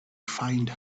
find